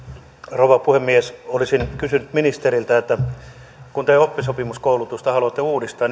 rouva puhemies olisin kysynyt ministeriltä kun te oppisopimuskoulutusta haluatte uudistaa